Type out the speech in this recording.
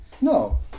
No